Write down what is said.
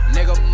Nigga